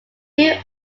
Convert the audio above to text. few